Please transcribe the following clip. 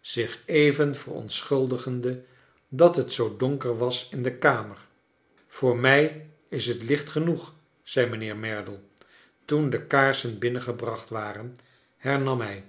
zich even verontschuldigende dat t zoo donker was in de kamer voor mij is t licht genoeg zei mijnheer merdle toen de kaarsen binnengebracht waxen hernam hij